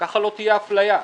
ככה לא תהיה אפליה.